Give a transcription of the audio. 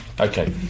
Okay